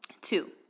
Two